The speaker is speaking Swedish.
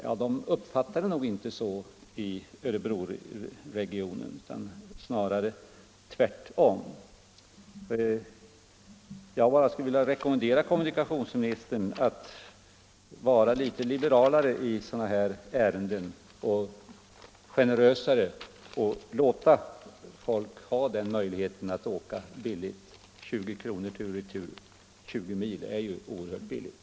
Man uppfattar det nog inte så i Örebroregionen utan snarare tvärtom. Jag skulle vilja rekommendera kommunikationsministern att vara litet liberalare och generösare i sådana här ärenden och låta folk ha möjligheten att åka billigt. 20 mil tur och retur för 20 kr. är ju oerhört billigt.